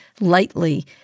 lightly